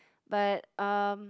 but um